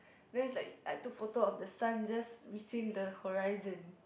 then is like I took photo of the sun just reaching the horizon